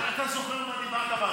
אתה זוכר מה אמרת בהתחלה?